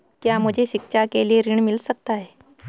क्या मुझे शिक्षा के लिए ऋण मिल सकता है?